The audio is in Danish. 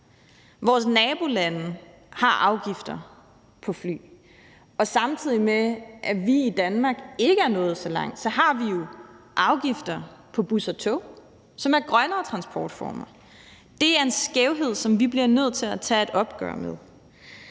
Vores nabolande har afgifter på fly, og samtidig med at vi i Danmark ikke er nået så langt, har vi jo afgifter på bus og tog, som er grønnere transportformer. Det er en skævhed, som vi bliver nødt til at tage et opgør med.